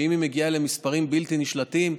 שאם היא מגיעה למספרים בלתי נשלטים,